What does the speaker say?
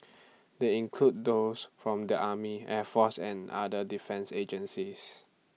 they include those from the army air force and other defence agencies